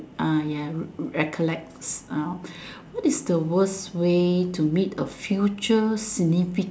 uh ya recollect uh what is the worst way to meet a future significant